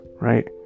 right